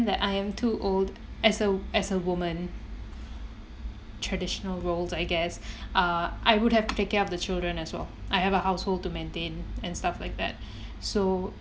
that I am too old as a as a woman traditional roles I guess uh I would have to take care of the children as well I have a household to maintain and stuff like that so